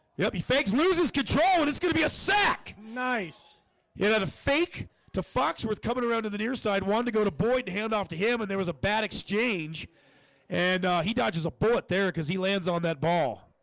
yep he fakes loses control and it's gonna be a sack nice yeah that a fake to foxworth coming around to the near side wanted to go to boyd to hand off to him and but there was a bad exchange and he dodges a bullet there cuz he lands on that ball